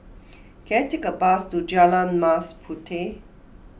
can I take a bus to Jalan Mas Puteh